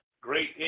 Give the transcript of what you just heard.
Great